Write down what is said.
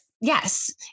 Yes